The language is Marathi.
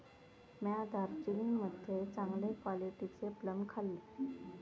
म्या दार्जिलिंग मध्ये चांगले क्वालिटीचे प्लम खाल्लंय